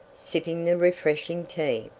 sipping the refreshing tea,